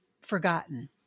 forgotten